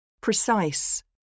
Precise